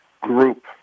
group